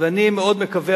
ואני מאוד מקווה,